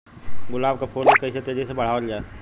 गुलाब क फूल के कइसे तेजी से बढ़ावल जा?